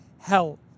hell